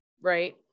right